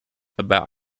about